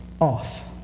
off